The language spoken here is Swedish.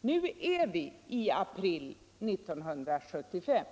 Nu är vi i april 1975.